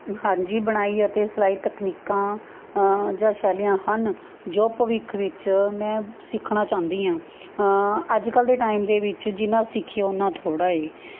ਹਾਂਜੀ ਬੁਣਾਈ ਅਤੇ ਸਿਲਾਈ ਤਕਨੀਕਾਂ ਜਾਂ ਸ਼ੈਲੀਆਂ ਹਨ ਜੋ ਭਵਿੱਖ ਵਿੱਚ ਮੈਂ ਸਿੱਖਣਾ ਚਾਹੁੰਦੀ ਹਾਂ ਅੱਜ ਕੱਲ੍ਹ ਦੇ ਟਾਈਮ ਦੇ ਵਿੱਚ ਜਿੰਨਾਂ ਸਿੱਖੀਏ ਉਹਨਾਂ ਥੋੜ੍ਹਾ ਏ